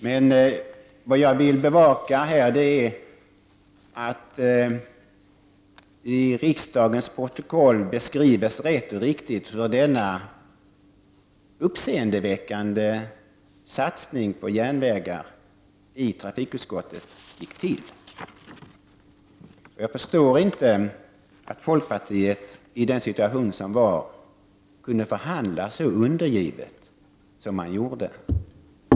Men vad jag här vill bevaka är att det i riksdagens protokoll beskrivs rätt och riktigt hur denna uppseendeväckande satsning på järnvägar i trafikutskottet gick till. Jag förstår inte att folkpartiet i den situation som rådde kunde förhandla så undergivet som man gjorde.